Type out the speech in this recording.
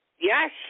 Yes